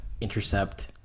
intercept